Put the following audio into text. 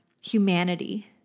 humanity